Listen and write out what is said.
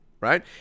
right